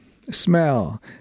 smell